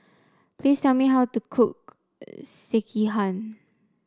please tell me how to cook Sekihan